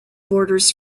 borders